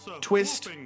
twist